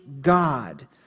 God